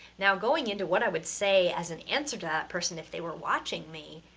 now, going into what i would say as an answer to that person if they were watching me,